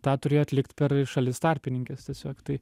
tą turėjo atlikt per šalis tarpininkes tiesiog tai